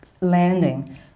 landing